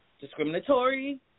discriminatory